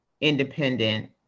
independent